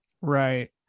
right